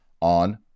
on